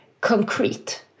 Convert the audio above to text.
concrete